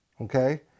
Okay